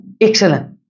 excellent